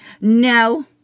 No